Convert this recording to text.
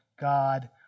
God